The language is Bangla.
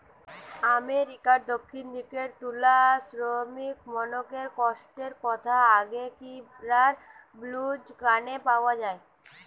আমেরিকার দক্ষিণ দিকের তুলা শ্রমিকমনকের কষ্টর কথা আগেকিরার ব্লুজ গানে পাওয়া যায়